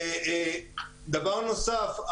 דבר נוסף,